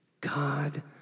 God